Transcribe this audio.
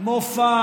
מופע